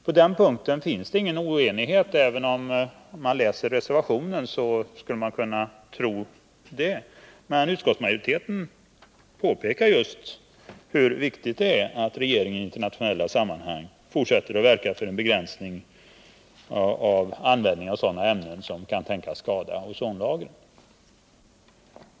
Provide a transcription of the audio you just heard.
På den punkten finns ingen oenighet även om man skulle kunna tro det när man läser reservationen. Men utskottsmajoriteten påpekar just hur viktigt det är att regeringen i internationella sammanhang fortsätter att verka för begränsning av användning av sådana ämnen som kan tänkas skada ozonlagren.